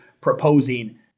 proposing